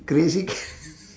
crazy